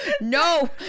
no